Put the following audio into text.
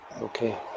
Okay